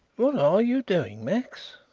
what are you doing, max?